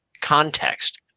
context